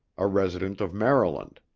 a resident of maryland.